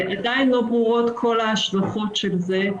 עדין לא ברורות כל ההשלכות של זה.